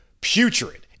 putrid